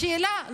השאלה,